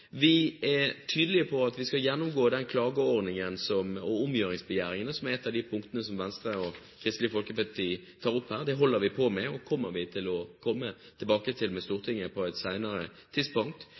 Vi er tydelige på at vi skal gjennomgå klageordningen og de omgjøringsbegjæringene som er et av de punktene som Venstre og Kristelig Folkeparti tar opp her. Det holder vi på med og kommer til å komme tilbake til Stortinget med